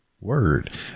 Word